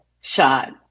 shot